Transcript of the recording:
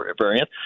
variant